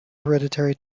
hereditary